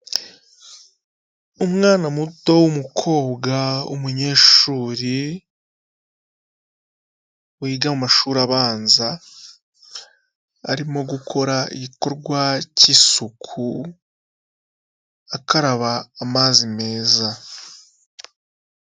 Umwana muto w'umukobwa w'umunyeshuri wiga mu mashuri abanza arimo gukora igikorwa cy'isuku akaba amazi meza.